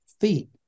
feet